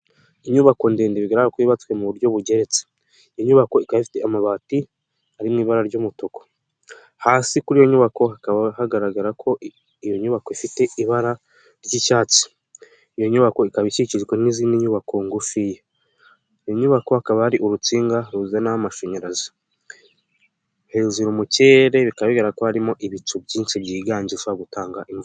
Inyubako ndende bigaragara ko yubatswe mu buryo bugeretse. Inyubako ikaba ifite amabati, ari mu ibara ry'umutuku. Hasi kuri iyo nyubako hakaba hagaragara ko iyo nyubako ifite ibara, ry'icyatsi. Iyo nyubako ikaba ikikijwe n'izindi nyubako ngufiya. Iyo nyubako hakaba hari urutsinga ruzanaho amashanyarazi. Hejuru mu kirere bikaba bigaragara ko harimo ibicu byinshi byiganje bishobora gutanga imvura.